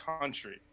country